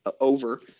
over